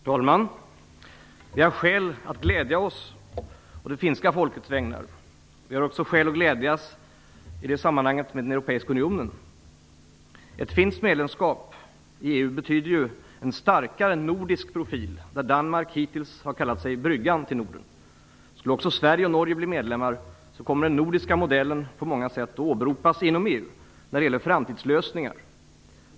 Herr talman! Vi har skäl att glädja oss å det finska folkets vägnar. Vi har också skäl att glädjas med den europeiska unionen. Ett finskt medlemskap i EU betyder en starkare nordisk profil där Danmark hittills har kallat sig bryggan till Norden. Skulle också Norge och Sverige bli medlemmar kommer den nordiska modellen på många sätt att åberopas inom EU när det gäller framtidslösningar.